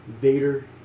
Vader